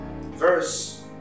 verse